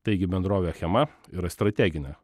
taigi bendrovė achema yra strateginė